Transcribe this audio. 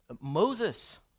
Moses